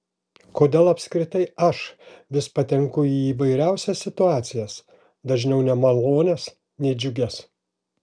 kodėl apskritai aš vis patenku į įvairiausias situacijas dažniau nemalonias nei džiugias